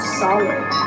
solid